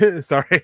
Sorry